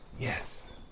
yes